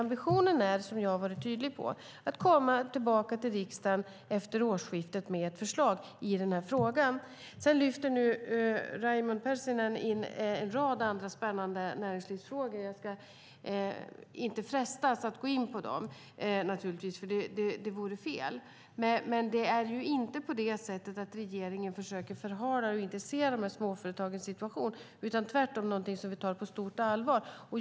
Ambitionen är, vilket jag varit tydlig med, att efter årsskiftet återkomma till riksdagen med ett förslag i den här frågan. Sedan lyfter Raimo Pärssinen in en rad andra spännande näringslivsfrågor. Jag ska inte låta mig frestas att gå in på dem, för det vore fel. Låt mig bara säga att regeringen inte försöker förhala frågan utan ser småföretagens situation, och vi tar den på stort allvar.